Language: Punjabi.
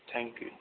ਥੈਂਕ ਯੂ ਜੀ